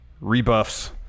rebuffs